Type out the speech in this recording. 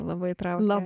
labai traukė